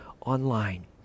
online